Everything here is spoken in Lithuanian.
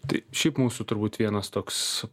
tai šiaip mūsų turbūt vienas toks